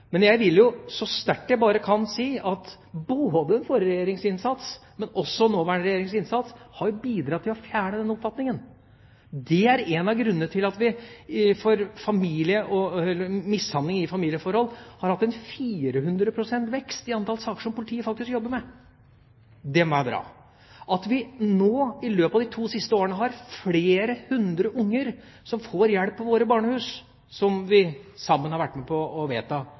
Men jeg vil så sterkt jeg bare kan, si at både den forrige regjeringens innsats og den nåværende regjeringens innsats har bidratt til å fjerne den oppfatningen. Det er en av grunnene til at det har vært en vekst på 400 pst. i antall saker om mishandling i familieforhold som politiet jobber med. Det må være bra. At flere hundre barn i løpet av de to siste årene har fått hjelp i våre barnehus, som vi sammen har